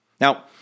Now